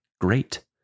great